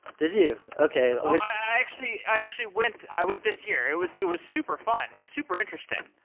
did you? okay. i actually i actually went i went this year. it was it was super fun. super interesting.